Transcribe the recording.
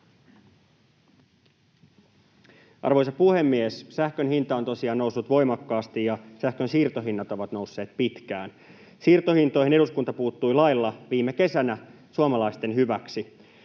Arvoisa puhemies! Sähkön hinta on tosiaan noussut voimakkaasti, ja sähkön siirtohinnat ovat nousseet pitkään. Siirtohintoihin eduskunta puuttui lailla viime kesänä, suomalaisten hyväksi.